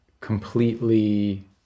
completely